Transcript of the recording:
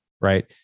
Right